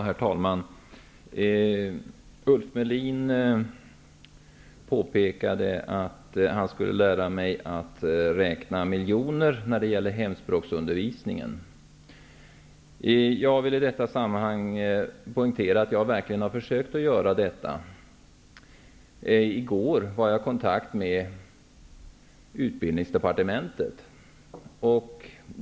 Herr talman! Ulf Melin sade att han skulle lära mig att räkna miljoner till hemspråksundervisningen. Jag vill poängtera att jag verkligen har försökt göra det. I går var jag i kontakt med Utbildningsdepartementet.